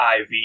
IV